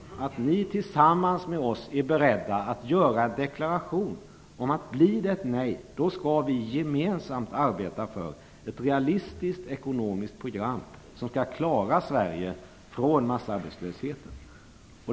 Det gäller att ni tillsammans med oss är beredda att göra en deklaration om att vi om det blir ett nej gemensamt skall arbeta för ett realistiskt ekonomiskt program som skall klara Sverige från massarbetslösheten.